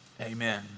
amen